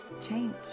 change